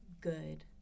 good